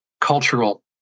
cultural